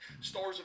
stars